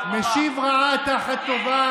"משיב רעה תחת טובה"